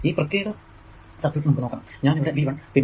ഈ പ്രത്യേക സർക്യൂട് നമുക്ക് നോക്കാം